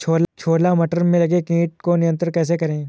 छोला मटर में लगे कीट को नियंत्रण कैसे करें?